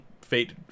fate